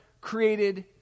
created